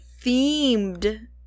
themed –